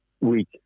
week